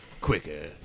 quicker